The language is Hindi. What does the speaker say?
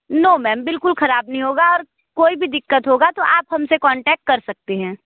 नो मैम बिल्कुल ख़राब नहीं होगा और कोई भी दिक्कत होगा तो आप हमसे कॉन्टैक्ट कर सकते हैं